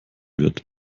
wird